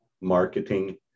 marketing